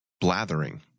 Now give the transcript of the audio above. blathering